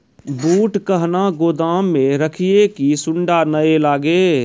बूट कहना गोदाम मे रखिए की सुंडा नए लागे?